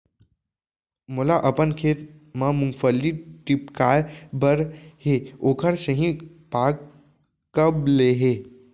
मोला अपन खेत म मूंगफली टिपकाय बर हे ओखर सही पाग कब ले हे?